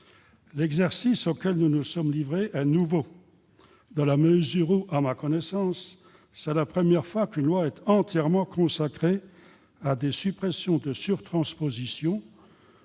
L'exercice auquel nous nous sommes livrés est nouveau dans la mesure où, à ma connaissance, c'est la première fois qu'un texte législatif est consacré à la suppression de surtranspositions,